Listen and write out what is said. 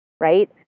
right